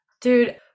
Dude